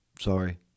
Sorry